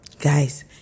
guys